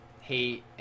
hate